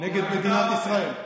נגד מדינת ישראל.